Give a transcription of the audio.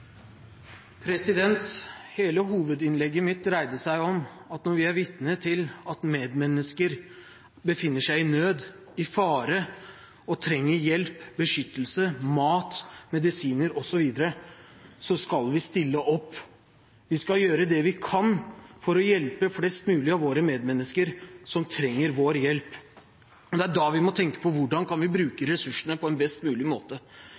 vitne til at medmennesker befinner seg i nød og i fare og trenger hjelp, beskyttelse, mat, medisiner osv., skal vi stille opp. Vi skal gjøre det vi kan for å hjelpe flest mulig av våre medmennesker som trenger vår hjelp. Det er da vi må tenke på hvordan vi kan bruke ressursene på en best mulig måte.